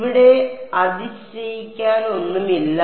ഇവിടെ അതിശയിക്കാനൊന്നുമില്ല